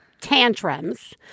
tantrums